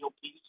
piece